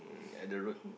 at the road